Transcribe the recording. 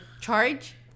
charge